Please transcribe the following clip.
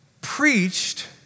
preached